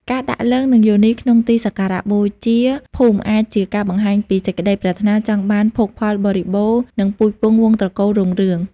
ការដាក់លីង្គ និងយោនីក្នុងទីសក្ការៈបូជាភូមិ អាចជាការបង្ហាញពីសេចក្តីប្រាថ្នាចង់បានភោគផលបរិបូរណ៍ និងពូជពង្សវង្សត្រកូលរុងរឿង។